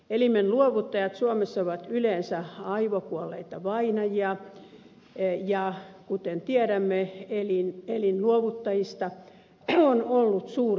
elimen luovuttajat suomessa ovat yleensä aivokuolleita vainajia ja kuten tiedämme elinluovuttajista on ollut suurta puutetta